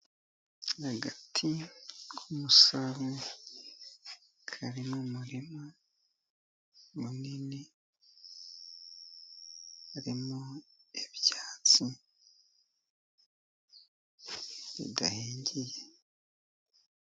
Agati k'umusave kari mu muririma munini, harimo ibyatsi, ntigahingiye.